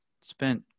spent